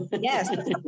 Yes